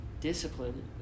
discipline